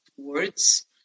words